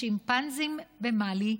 השימפנזים במאלי,